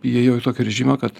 įėjau į tokį režimą kad